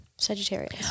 Sagittarius